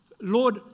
Lord